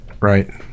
Right